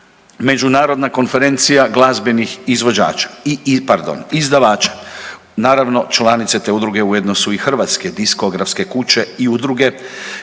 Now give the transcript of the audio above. Međunarodna konferencija glazbenih izvođača, pardon izvođača naravno članice te udruge ujedno su i hrvatske diskografske kuće i udruge,